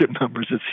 numbers